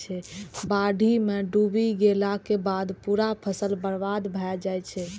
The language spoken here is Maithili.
बाढ़ि मे डूबि गेलाक बाद पूरा फसल बर्बाद भए जाइ छै